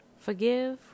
Forgive